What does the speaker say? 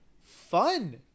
fun